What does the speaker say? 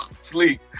Sleep